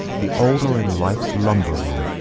the old are in life's lumber-room.